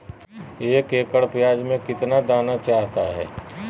एक एकड़ प्याज में कितना दाना चाहता है?